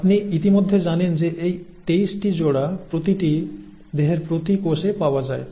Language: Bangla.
আপনি ইতিমধ্যে জানেন যে এই 23 টি জোড়া প্রতিটি দেহের প্রতি কোষে পাওয়া যায়